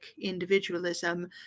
individualism